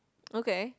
okay